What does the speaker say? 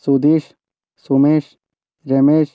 Sudheesh Sumesh Ramesh